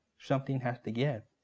something has to give,